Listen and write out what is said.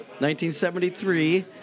1973